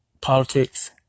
politics